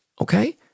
Okay